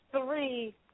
three